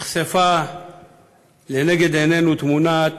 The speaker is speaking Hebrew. נחשפה לנגד עינינו תמונת